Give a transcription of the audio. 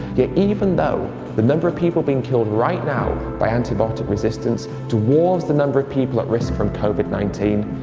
yet even though the number of people being killed right now by antibiotic resistance dwarves the number of people at risk from covid nineteen,